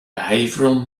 behavioral